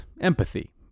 Empathy